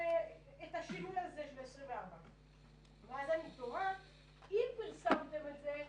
את השינוי הזה של 24. ואז אני תוהה: אם פרסמתם את זה,